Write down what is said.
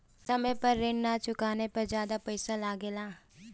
समय पर ऋण ना चुकाने पर ज्यादा पईसा लगेला?